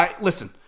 Listen